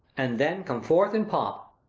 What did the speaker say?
and then come forth in pomp!